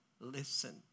Listen